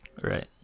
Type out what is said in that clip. right